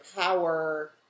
power